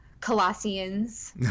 Colossians